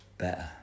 Better